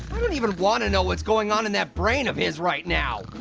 i don't even wanna know what's going on in that brain of his right now.